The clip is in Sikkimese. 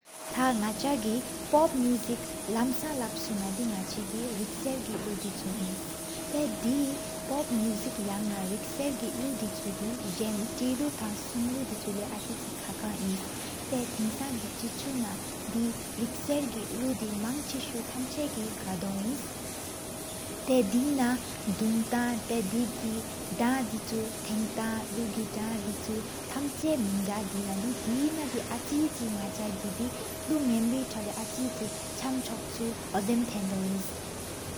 ཐག ནག ཆག གི་ པོཔ མའུ་སིཀ་ལམ་ས་ལབ་སུ་ན། ནག་ཆི གི་ རིགས་བཟིངས གི་ ལུ་ དི་ཆུ ཨིནས། ཐཱ དེ་ པོཔ མའུ་སིཀ ཡ་ ན་ རིགས གསར གི་ ལུ་ དི་ཆུ། ཟེན་ཏེ་ལུ ཐང་སུན་ལུ་དི་ཆུ་ལེགས་གཅིག་གཅི་ལ། ཁ་ཁ་ཆི ཨ་ན་ཚེགས་ས་ཀིས་ས་གི་ ཆེསུག་ན། དེ་ རིས་སར གི་ ལུ་ དི་དི་ཆུ་དི། མང་ཆུ་སོ་གི ག་དི རིན་སྟེགས་གི་ན། དུང་ཐང་དང་དུཆུ་ཐང་ཐལུ་ གི་། དི་ཆུ་ཐམ་ཅ་མ། རིན་སྟེགས་གི་ དེཕ་རིང་ ཚ་བས་གི་གཅིག་དི། ལུ་ཡན་བོ་དེ་ལེགས་གཅིག་ གཅིག་གཅམ་ འཁོག་སུ་། གཅོད་མཆིག་འོ་ ར་རེད་འི་ ཨིན།